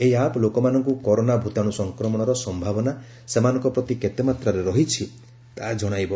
ଏହି ଆପ୍ ଲୋକମାନଙ୍କୁ କରୋନା ଭୂତାଣୁ ସଂକ୍ରମଣର ସମ୍ଭାବନା ସେମାନଙ୍କ ପ୍ରତି କେତେମାତ୍ରାରେ ରହିଛି ତାହା ଜଣାଇବ